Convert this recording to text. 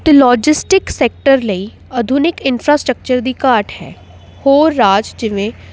ਅਤੇ logistic sector ਲਈ ਆਧੁਨਿਕ ਇੰਫਰਾਸਟਰਕਚਰ ਦੀ ਘਾਟ ਹੈ ਹੋਰ ਰਾਜ ਜਿਵੇਂ